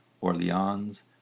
Orleans